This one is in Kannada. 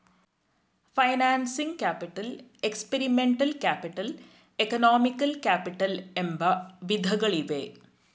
financing capital, experimental capital, economical capital ಎಂಬ ವಿಧಗಳಿವೆ